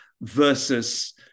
versus